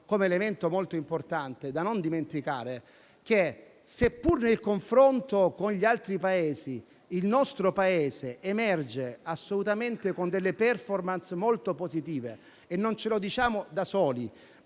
come elemento molto importante da non dimenticare, che nel confronto con gli altri Paesi, il nostro Paese emerge con *performance* molto positive. Non ce lo diciamo da soli,